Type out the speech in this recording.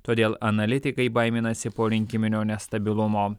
todėl analitikai baiminasi porinkiminio nestabilumo